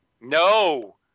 No